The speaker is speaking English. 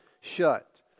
shut